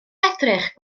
edrych